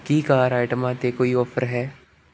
ਕੀ car ਆਈਟਮਾਂ 'ਤੇ ਕੋਈ ਆਫ਼ਰ ਹੈ